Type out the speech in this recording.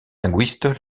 linguistes